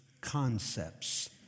concepts